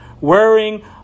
Wearing